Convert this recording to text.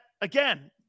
again